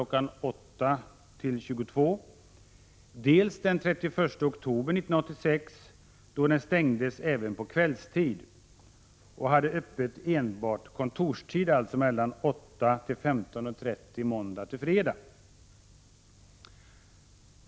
08.00 22.00, dels den 31 oktober 1986, då den stängdes även på kvällstid och hade öppet enbart kontorstid, alltså 08.00-15.30 måndag-fredag.